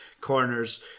corners